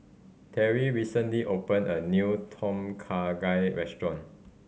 Terri recently open a new Tom Kha Gai restaurant